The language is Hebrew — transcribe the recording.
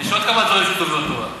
יש עוד כמה דברים שכתובים בתורה.